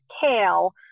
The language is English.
kale